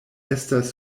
estas